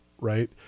right